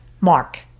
Mark